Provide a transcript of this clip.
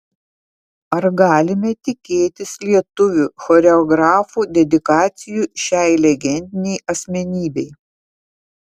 ar galime tikėtis lietuvių choreografų dedikacijų šiai legendinei asmenybei